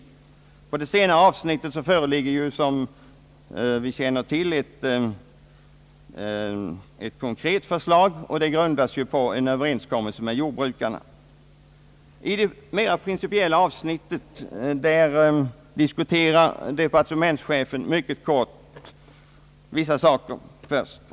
För det senare avsnittet föreligger, som vi känner till, ett konkret förslag som grundas på en överenskommelse med jordbrukarna. I det mera principiella avsnittet diskuterar departementschefen vissa saker delvis mycket kort.